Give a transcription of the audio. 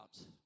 out